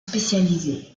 spécialisés